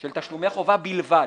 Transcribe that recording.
של תשלומי חובה בלבד.